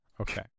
Okay